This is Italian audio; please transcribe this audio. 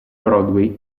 broadway